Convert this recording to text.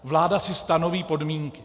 Vláda si stanoví podmínky.